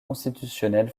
constitutionnel